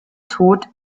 tod